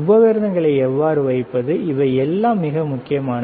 உபகரணங்களை எவ்வாறு வைப்பது இவையெல்லாம் மிக முக்கியமானது